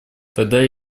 тогда